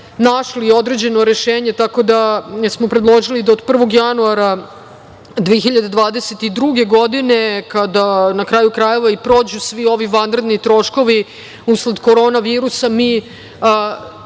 našli određeno rešenje, tako da smo predložili da od 01. januara 2022. godine, kada i prođu svi ovi vanredni troškovi usled korona virusa, mi